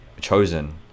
chosen